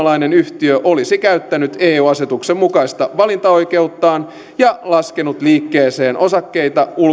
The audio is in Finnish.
yhtiö olisi käyttänyt eu asetuksen mukaista valintaoikeuttaan ja laskenut liikkeeseen osakkeita